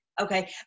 okay